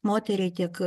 moteriai tiek